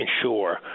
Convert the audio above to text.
ensure